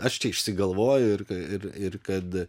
aš čia išsigalvoju ir ir kad